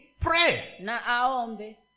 pray